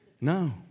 No